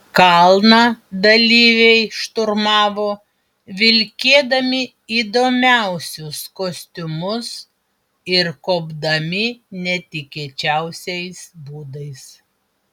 kalną dalyviai šturmavo vilkėdami įdomiausius kostiumus ir kopdami netikėčiausiais būdais